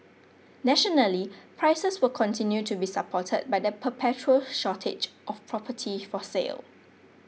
nationally prices will continue to be supported by the perpetual shortage of property for sale